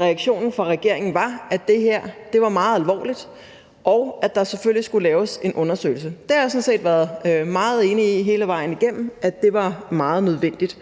reaktionen fra regeringen var, at det her var meget alvorligt, og at der selvfølgelig skulle laves en undersøgelse. Det har jeg sådan set været meget enig i hele vejen igennem var meget nødvendigt.